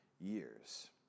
years